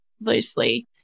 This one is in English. loosely